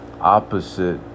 opposite